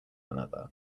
another